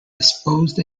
deposed